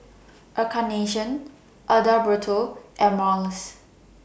Encarnacion Adalberto and Marlys